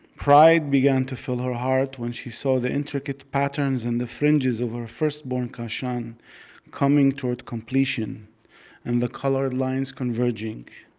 pride began to fill her heart when she saw the intricate patterns and the fringes of her first-born kashan coming toward completion and the colored lines converging.